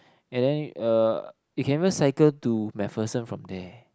and then uh you can even cycle to MacPherson from there